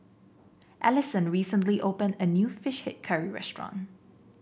Allyson recently opened a new fish head curry restaurant